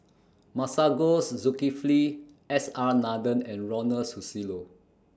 Masagos Zulkifli S R Nathan and Ronald Susilo